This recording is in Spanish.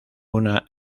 una